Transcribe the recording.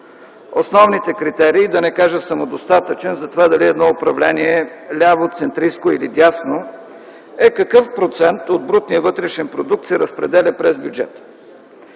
основните критерии, да не кажа самодостатъчен за това дали едно управление е ляво, центристко или дясно, е какъв процент от брутния вътрешен продукт се разпределя през бюджета.